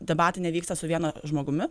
debatai nevyksta su vienu žmogumi